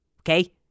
Okay